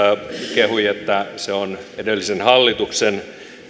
kehui että se on edellisen hallituksen